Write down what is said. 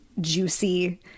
juicy